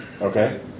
Okay